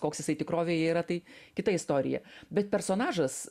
koks jisai tikrovėje yra tai kita istorija bet personažas